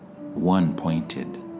one-pointed